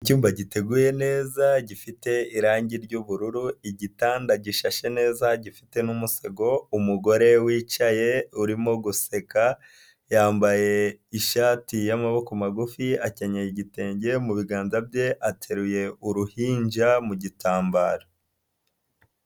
Icyumba giteguye neza gifite irangi ry'ubururu, igitanda gishashe neza gifite n'umusego, umugore wicaye urimo guseka yambaye ishati y'amaboko magufi, akenyera igitenge, mu biganza bye ateruye uruhinja mu gitambaro.